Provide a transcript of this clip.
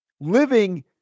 living